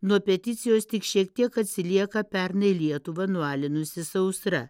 nuo peticijos tik šiek tiek atsilieka pernai lietuvą nualinusi sausra